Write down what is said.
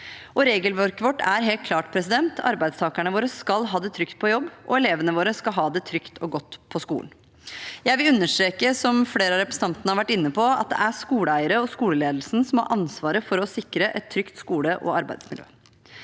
regelverket vårt er helt klart: Arbeidstakerne våre skal ha det trygt på jobb, og elevene våre skal ha det trygt og godt på skolen. Jeg vil understreke, som flere av representantene har vært inne på, at det er skoleeierne og skoleledelsen som har ansvaret for å sikre et trygt skole- og arbeidsmiljø.